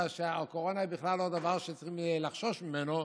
שהקורונה היא בכלל לא דבר שצריך לחשוש ממנו,